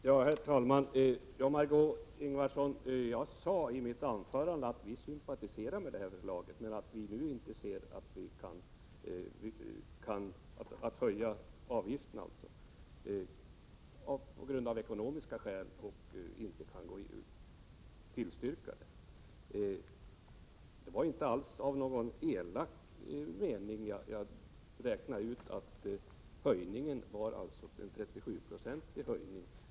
Herr talman! Jag sade i mitt anförande, Margö Ingvardsson, att vi sympatiserar med ert förslag om höjning av avgifterna men att vi av ekonomiska skäl inte ser någon möjlighet att tillstyrka det. Det var inte alls i någon elak avsikt som jag räknade ut att ert förslag till höjning motsvarar 37 96.